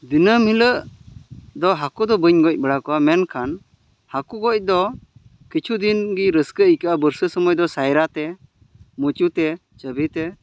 ᱫᱤᱱᱟᱹᱢ ᱦᱤᱞᱟᱹᱜ ᱫᱚ ᱦᱟᱹᱠᱩ ᱫᱚ ᱵᱟᱹᱧ ᱜᱚᱡ ᱵᱟᱲᱟ ᱠᱚᱣᱟ ᱢᱮᱱᱠᱷᱟᱱ ᱦᱟᱹᱠᱩ ᱜᱚᱡ ᱫᱚ ᱠᱤᱪᱷᱩ ᱫᱤᱱ ᱜᱮ ᱨᱟᱹᱥᱠᱟᱹ ᱟᱹᱭᱠᱟᱹᱜᱼᱟ ᱵᱟᱹᱨᱥᱟ ᱥᱩᱢᱟᱹᱭ ᱫᱚ ᱥᱟᱭᱨᱟ ᱛᱮ ᱢᱩᱪᱩ ᱛᱮ ᱪᱟᱹᱵᱷᱤ ᱛᱮ